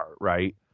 right